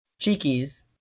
Cheekies